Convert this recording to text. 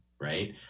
Right